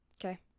Okay